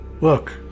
look